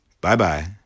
Bye-bye